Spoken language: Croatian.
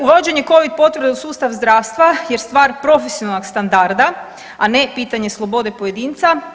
Uvođenje covid potvrde u sustav zdravstva je stvar profesionalnog standarda, a ne pitanje slobode pojedinca.